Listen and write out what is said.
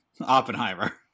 Oppenheimer